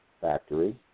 Factory